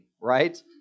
right